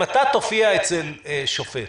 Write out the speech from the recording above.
אם אתה תופיע אצל שופט